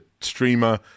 streamer